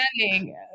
understanding